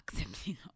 accepting